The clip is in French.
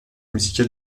musical